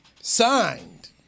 signed